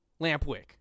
Lampwick